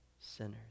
sinners